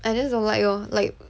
I just don't like lor like